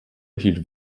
hielt